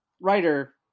writer